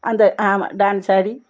அந்த ஆமாம் டான்ஸ் ஆடி